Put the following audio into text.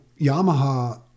Yamaha